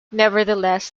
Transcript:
nevertheless